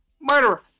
murderer